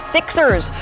Sixers